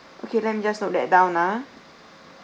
okay let me just note that down ah